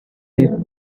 their